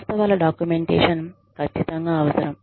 వాస్తవాల documentation ఖచ్చితంగా అవసరం